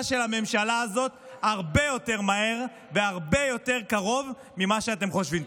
של הממשלה הזאת הרבה יותר מהר והרבה יותר קרוב ממה שאתם חושבים.